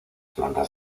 plantas